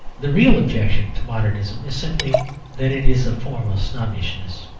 the real objection to modernism is simply that it is a form of snobbishness.